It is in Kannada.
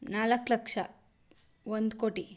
ನಾಲ್ಕು ಲಕ್ಷ ಒಂದು ಕೋಟಿ